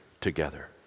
together